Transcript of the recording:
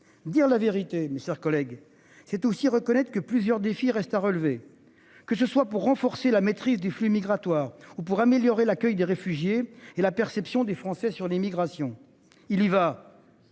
Dire la vérité. Mes chers collègues. C'est aussi reconnaître que plusieurs défis restent à relever que ce soit pour renforcer la maîtrise des flux migratoires ou pour améliorer l'accueil des réfugiés et la perception des Français sur l'immigration. Il y va.